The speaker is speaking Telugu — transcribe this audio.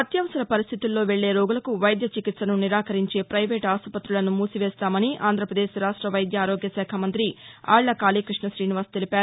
అత్యవసర పరిస్టితుల్లో వెళ్ళే రోగులకు వైద్య చికిత్సను నిరాకరించే పైవేటు ఆస్పతులను సీజ్ చేస్తామని ఆంధ్రప్రదేశ్ వైద్య ఆరోగ్యశాఖ మంతి ఆళ్ల కాళీకృష్ణ ఠీనివాస్ తెలిపారు